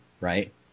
right